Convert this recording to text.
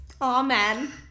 Amen